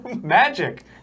magic